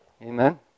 Amen